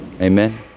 Amen